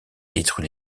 détruit